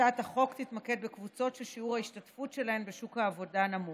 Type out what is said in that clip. הצעת החוק תתמקד בקבוצות ששיעור ההשתתפות שלהן בשוק העבודה נמוך.